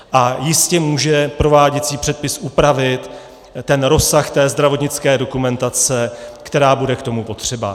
A jistě může prováděcí předpis upravit rozsah té zdravotnické dokumentace, která bude k tomu potřeba.